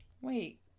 wait